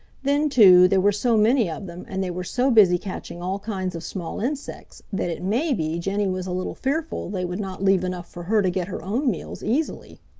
then, too, there were so many of them and they were so busy catching all kinds of small insects that it may be jenny was a little fearful they would not leave enough for her to get her own meals easily.